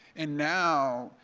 and now,